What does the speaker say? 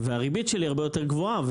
והריבית שלי הרבה יותר גבוהה.